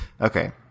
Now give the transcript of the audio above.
Okay